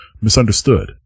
misunderstood